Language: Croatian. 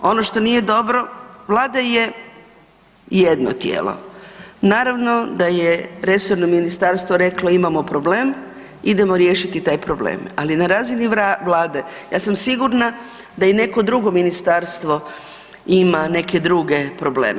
Ono što nije dobro, Vlada je jedno tijelo, naravno da je resorno ministarstvo reklo imamo problem, idemo riješiti taj problem ali na razini Vlade, ja sam sigurna da je i neko drugo ministarstvo ima neke druge probleme.